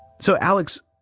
so, alex,